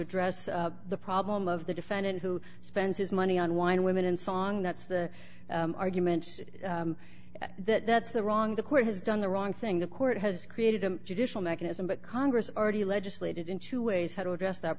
address the problem of the defendant who spends his money on wine women and song that's the argument that's the wrong the court has done the wrong thing the court has created a judicial mechanism but congress already legislated in two ways how to address that